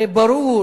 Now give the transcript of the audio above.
הרי ברור